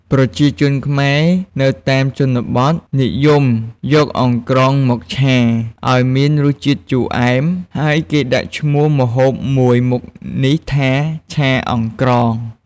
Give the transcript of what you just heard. ប្រជាជនខ្មែរនៅតាមជនបទនិយមយកអង្រ្កងមកឆា ឱ្យមានរសជាតិជូរអែម ហើយគេដាក់ឈ្មោះម្ហូបមួយមុខនេះថា ឆាអង្រ្កង។